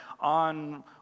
on